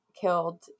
killed